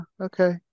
okay